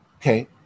okay